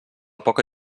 poca